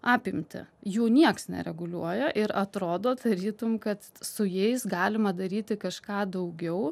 apimtį jų nieks nereguliuoja ir atrodo tarytum kad su jais galima daryti kažką daugiau